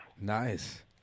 nice